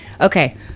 Okay